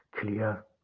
clear